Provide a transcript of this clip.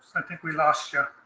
i think we lost you.